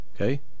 okay